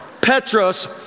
Petros